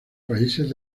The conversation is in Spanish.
países